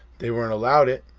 they weren't allowed it,